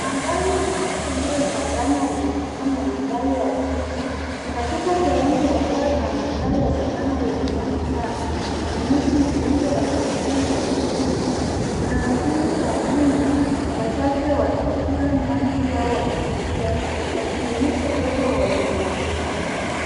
Mandhari nzuri iliyochanganywa wanyama pori na mandhari ya jiji, katika sehemu ya mbele kuna mandhari ya Savannah yenye nyasi kavu na miti michache ya mikuyu na mikuyu. Kuna kundi la nyumbu wachache wakila nyasi au wakitembea, wakionyesha uwepo wa wanyama pori.